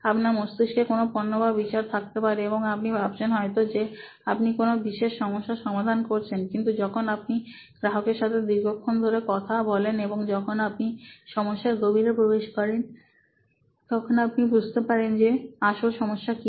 আপনার মস্তিষ্কে কোন পণ্য বা বিচার থাকতে পারে এবং আপনি ভাবছেন হয়তো যে আপনি কোন বিশেষ সমস্যার সমাধান করছেন কিন্তু যখন আপনি গ্রাহকের সাথে দীর্ঘক্ষণ ধরে কথা বলেন এবং যখন আপনি সমস্যার গভীরে প্রবেশ করেন তখন আপনি বুঝতে পারেন যে আসল সমস্যা কি